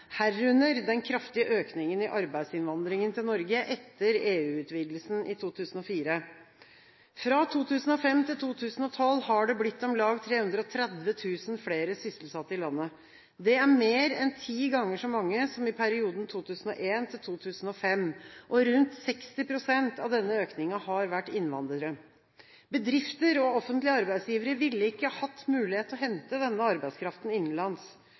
herunder den kraftige økningen i arbeidsinnvandringen til Norge etter EU-utvidelsen i 2004. Fra 2005–2012 har det blitt om lag 330 000 flere sysselsatte i landet. Det er mer enn ti ganger så mange som i perioden 2001–2005. Rundt 60 pst. av denne økningen har vært innvandrere. Bedrifter og offentlige arbeidsgivere ville ikke hatt mulighet til å hente denne arbeidskraften innenlands,